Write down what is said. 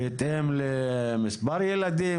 בהתאם למספר ילדים,